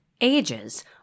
ages